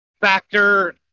factor